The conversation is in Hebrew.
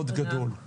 מאוד גדול,